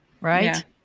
Right